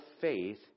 faith